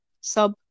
sub